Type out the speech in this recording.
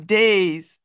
days